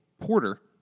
Porter